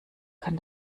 kann